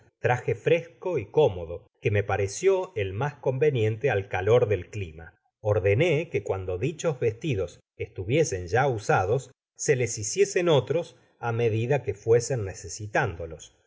iraje fresco y cómodo que me parecio el mas conveniente al calor del clima ordené que cuando dichos vestidos estuviesen ya usados se les hiciesen otros á medida que fuesen necesitándolos